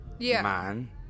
man